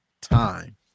time